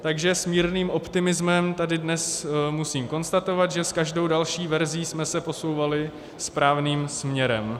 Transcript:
Takže s mírným optimismem tady dnes musím konstatovat, že s každou další verzí jsme se posouvali správným směrem.